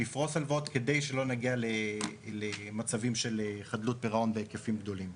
לפרוס הלוואות כדי שלא נגיע למצבים של חדלות פירעון בהיקפים גדולים.